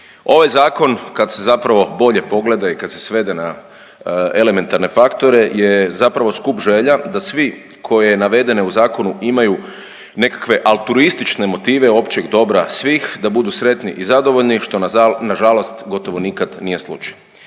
Ovaj Zakon kad se zapravo bolje pogleda i kad se svede na elementarne faktore je zapravo skup želja da svi koje navedene u zakonu imaju nekakve alturistične motive općeg dobra svih da budu sretni i zadovoljni, što nažalost gotovo nikad nije slučaj.